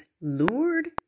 lured